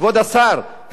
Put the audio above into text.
כבוד השר,